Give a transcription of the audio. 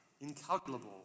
incalculable